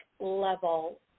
level